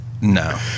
No